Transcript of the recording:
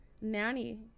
Nanny